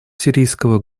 сирийского